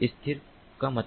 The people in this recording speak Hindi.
स्थिर का मतलब है